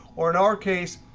or in our case,